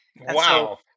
Wow